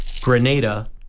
Grenada